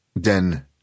DEN